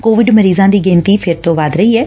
Covid ਮਰੀਜ਼ਾਂ ਦੀ ਗਿਣਤੀ ਫਿਰ ਤੋ ੰਵੱਧ ਰਹੀ ਐ